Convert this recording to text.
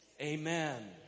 Amen